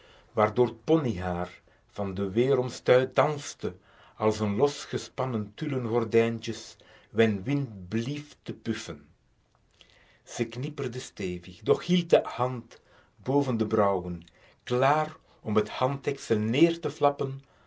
poneyhaar van de weromstuit danste als een los gespannen tullen gordijntje wen wind blieft te puffen ze knipperde stevig doch hield de hand boven de brauwen klààr om het handdeksel neêr te flappen